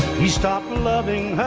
he stopped loving